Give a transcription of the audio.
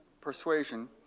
persuasion